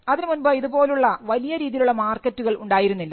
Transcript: അതിനുമുൻപ് ഇതുപോലുള്ള വലിയ രീതിയിലുള്ള മാർക്കറ്റുകൾ ഉണ്ടായിരുന്നില്ല